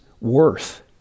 worth